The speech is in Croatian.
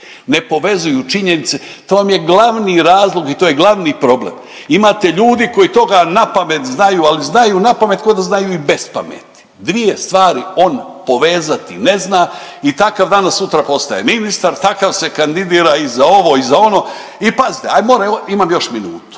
ne povezuju činjenice. To vam je glavni razlog i to je glavni problem. Imate ljudi koji toga napamet znaju, ali znaju napamet ko da znaju i bez pameti, dvije stvari oni povezati ne zna i takav danas sutra postaje ministar, takav se kandidira i za ovo i za ono i pazite, aj more imam još minutu.